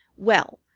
well,